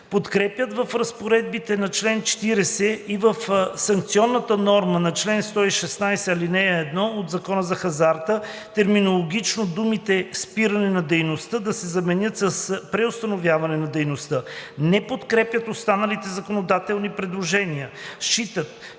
Подкрепят в разпоредбите на чл. 40 и в санкционната норма на чл. 116, ал. 1 от Закона за хазарта терминологично думите „спиране на дейността“ да се заменят с „преустановяване на дейността“. Не подкрепят останалите законодателни предложения. Считат,